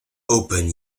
open